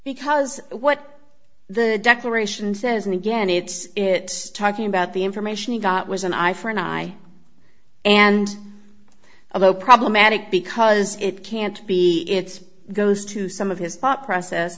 because what the declaration says and again it's it talking about the information you got was an eye for an eye and although problematic because it can't be it's goes to some of his pa process